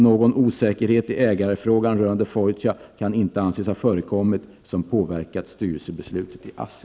Någon osäkerhet i ägarfrågan rörande Fortia kan inte anses ha förekommit som påverkat styrelsebeslutet i ASSI.